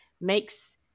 makes